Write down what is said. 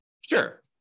Sure